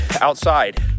outside